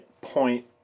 point